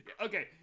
Okay